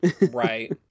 Right